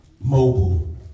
Mobile